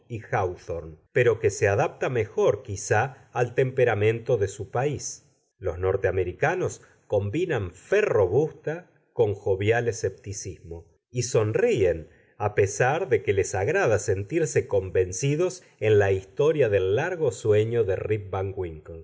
pero que se adapta mejor quizá al temperamento de su país los norteamericanos combinan fe robusta con jovial escepticismo y sonríen a pesar de que les agrada sentirse convencidos en la historia del largo sueño de rip